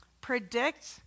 predict